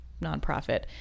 nonprofit